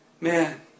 Man